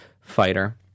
fighter